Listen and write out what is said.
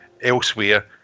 elsewhere